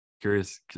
curious